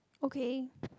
okay